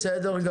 בסדר גמור.